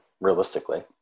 realistically